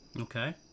Okay